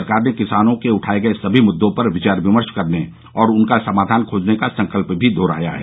सरकार ने किसानों के उठाये गये सभी मुद्दों पर विचार विमर्श करने और उनका समाधान खोजने का संकल्प भी दोहराया है